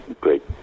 great